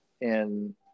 and-